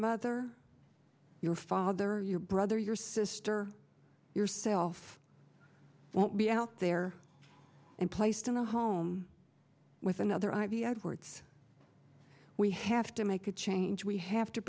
mother your father your brother your sister yourself won't be out there and placed in a home with another i v edwards we have to make a change we have to